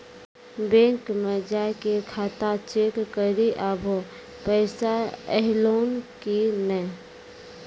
bank मे जाय के खाता चेक करी आभो पैसा अयलौं कि नै